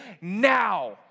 now